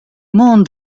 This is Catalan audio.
món